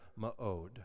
ma'od